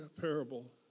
parable